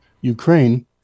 Ukraine